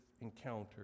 encounter